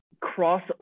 cross